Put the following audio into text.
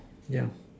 ya